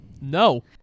No